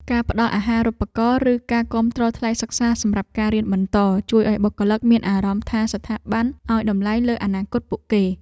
ការផ្ដល់អាហារូបករណ៍ឬការគាំទ្រថ្លៃសិក្សាសម្រាប់ការរៀនបន្ត ជួយឱ្យបុគ្គលិកមានអារម្មណ៍ថាស្ថាប័នឱ្យតម្លៃលើអនាគតពួកគេ។